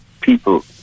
people